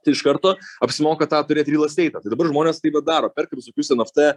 tai iš karto apsimoka tą turėt ryl esteitą tai dabar žmonės taip va daro perka visokius nft